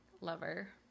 lover